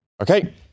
Okay